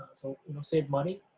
so you know, save money.